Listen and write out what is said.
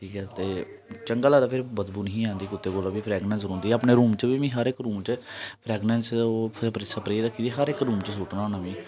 ठीक ऐ ते चंगा लगदा फिर बदबू नेईं ही आंदी कुतै कोला बी फ्रगनेस आंदी ही अपने रूम च मी हर इक रूम च फ्रगनेस ओह् फिर स्प्रे रक्खी दी हर इक रूम च सुट्टना होन्ना में